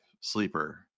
sleeper